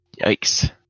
Yikes